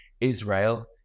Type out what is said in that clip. Israel